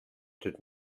did